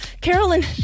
Carolyn